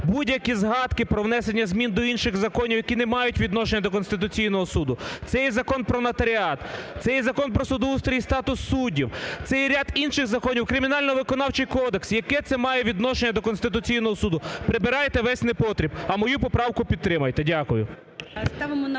будь-які згадки про внесення змін до інших законів, які не мають відношення до Конституційного Суду. Це є Закон про нотаріат, це є Закон про судоустрій і статус суддів, це є ряд інших законів, Кримінально-виконавчий кодекс. Яке це має відношення до Конституційного Суду? Прибирайте весь непотріб, а мою поправку підтримайте. Дякую.